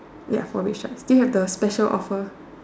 ya four red stripes do you have the special offer